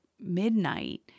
midnight